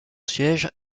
siège